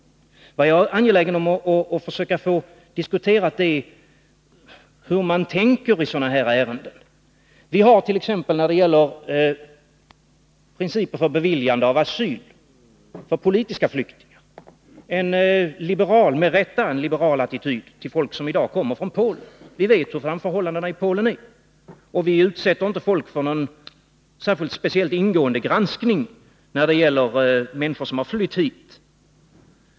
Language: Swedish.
Jag är angelägen om att få diskutera frågan om hur man tänker i sådana här ärenden. När dett.ex. gäller principer för beviljande av asyl för politiska flyktingar har vi med rätta en liberal attityd till folk som kommer från Polen. Vi vet hur förhållandena i Polen är, och vi utsätter inte människor som har flytt hit för någon speciell eller ingående granskning.